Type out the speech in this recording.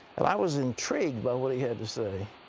and i was intrigued by what he had to say,